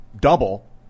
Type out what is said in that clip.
double